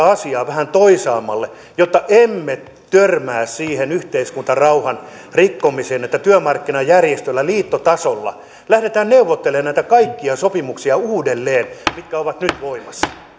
asiaa vähän toisaammalle jotta emme törmää siihen yhteiskuntarauhan rikkomiseen niin että työmarkkinajärjestöillä liittotasolla lähdetään neuvottelemaan näitä kaikkia sopimuksia uudelleen mitkä ovat nyt voimassa